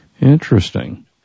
Interesting